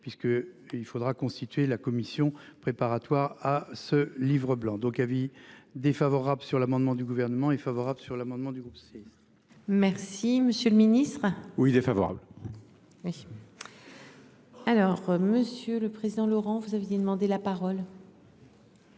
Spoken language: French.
puisque il faudra constituer la commission préparatoire à ce livre blanc donc avis défavorable sur l'amendement du gouvernement est favorable sur l'amendement du groupe. Merci, monsieur le Ministre oui défavorable. Oui. Alors Monsieur le Président. Laurent, vous aviez demandé la parole.